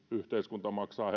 yhteiskunta maksaa